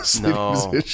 no